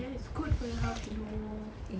yes is good for your health you know